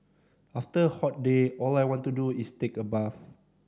after a hot day all I want to do is take a bath